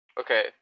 Okay